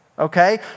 Okay